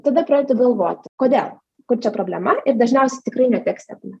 tada pradedi galvot kodėl kur čia problema ir dažniausiai tikrai ne tekste būna